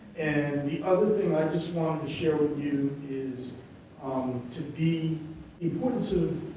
and the other thing i just wanted to share with you is um to be importance of